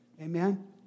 Amen